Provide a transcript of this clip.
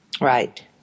right